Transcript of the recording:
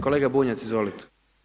Kolega Bunjac, izvolite.